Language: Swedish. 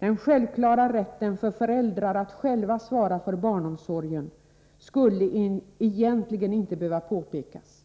Den självklara rätten för föräldrar att själva svara för barnomsorgen skulle egentligen inte behöva påpekas,